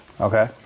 Okay